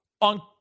on